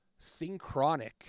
Synchronic